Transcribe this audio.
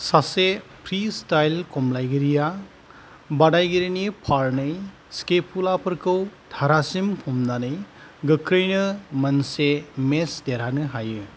सासे फ्रिस्टाइल खमलायगिरिया बादायगिरिनि फारनै स्केपुलाफोरखौ धारासिम हमनानै गोख्रैनो मोनसे मेच देरहानो हायो